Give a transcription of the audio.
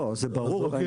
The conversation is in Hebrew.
זה ברור,